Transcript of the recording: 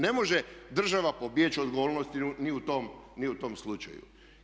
Ne može država pobjeći od odgovornosti ni u tom slučaju.